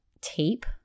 tape